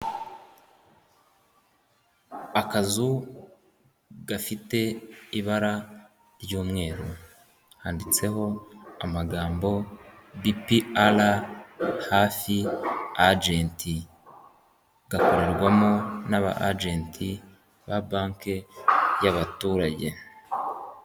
Akazu gafite ibara ry'umweru handitseho amagambo BPR hafi ajenti, gakorerwamo n'aba ajenti ba banki y'abaturage.